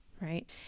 right